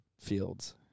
fields